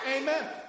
Amen